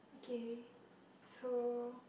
okay so